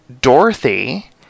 Dorothy